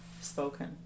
spoken